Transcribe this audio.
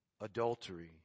adultery